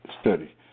study